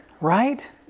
right